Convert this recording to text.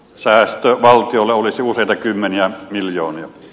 säästö valtiolle olisi useita kymmeniä miljoonia